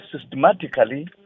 systematically